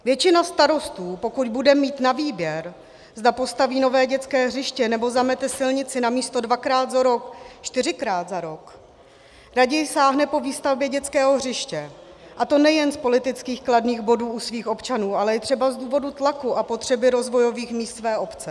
Většina starostů, pokud bude mít na výběr, zda postaví nové dětské hřiště, nebo zamete silnici místo dvakrát za rok čtyřikrát za rok, raději sáhne po výstavbě dětského hřiště, a to nejen z politicky kladných bodů u svých občanů, ale i třeba z důvodu tlaku a potřeby rozvojových míst své obce.